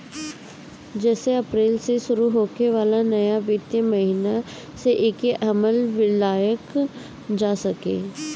जेसे अप्रैल से शुरू होखे वाला नया वित्तीय महिना से एके अमल में लियावल जा सके